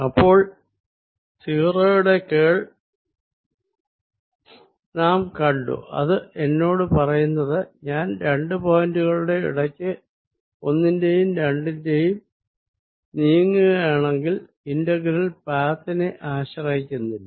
അപ്പോൾ നാം കണ്ട 0 യുടെ കേളിന്റെ അർഥം ഞാൻ രണ്ടു പോയിന്റുകളുടെ ഒന്നിന്റെയും രണ്ടിന്റെയും ഇടക്ക് നീങ്ങുകയാണെങ്കിൽ ഇന്റഗ്രൽ പാത്തിനെ അപേക്ഷിച്ച് സ്വതന്ത്രമാണ്